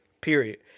period